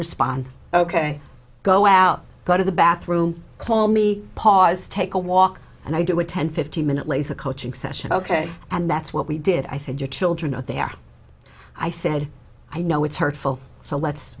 respond ok go out go to the bathroom call me pause take a walk and i do a ten fifteen minute laser coaching session ok and that's what we did i said your children are there i said i know it's hurtful so let's